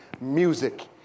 music